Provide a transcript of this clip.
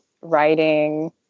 writing